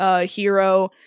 hero